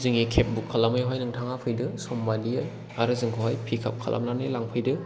जोंनि cab book खालामनायावहाय नोंथाङा फैदो समबादियै आरो जोंखौहाय पिक आप खालामनानै लांफैदो